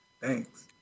Thanks